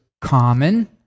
common